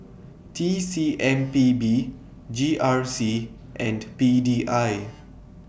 T C M P B G R C and P D I